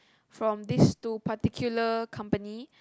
from these two particular company